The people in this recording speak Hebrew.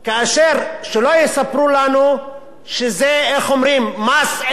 שלא יספרו לנו שזה מס אין ברירה.